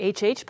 HH